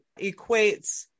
equates